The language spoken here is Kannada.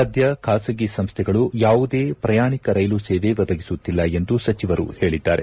ಸದ್ದ ಖಾಸಗಿ ಸಂಸ್ಥೆಗಳು ಯಾವುದೇ ಪ್ರಯಾಣಿಕ ರೈಲು ಸೇವೆ ಒದಗಿಸುತ್ತಿಲ್ಲ ಎಂದು ಸಚಿವರು ಹೇಳಿದ್ದಾರೆ